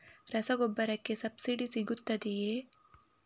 ರಸಗೊಬ್ಬರಕ್ಕೆ ಸಬ್ಸಿಡಿ ಸಿಗುತ್ತದೆಯೇ?